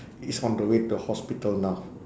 he's on the way to hospital now